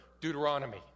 Deuteronomy